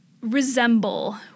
resemble